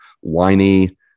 whiny